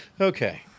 Okay